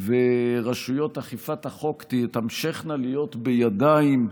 ורשויות אכיפת החוק תמשכנה להיות בידיים מגוננות,